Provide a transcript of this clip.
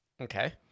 Okay